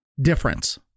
difference